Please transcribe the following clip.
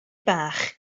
bach